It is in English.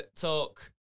talk